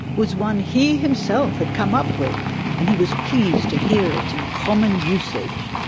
was one he himself had come up with and he was pleased to hear it in common usage.